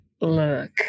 Look